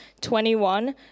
21